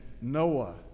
Noah